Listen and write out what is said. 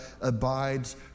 abides